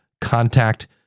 contact